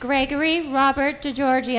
gregory robert to giorgi